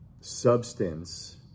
substance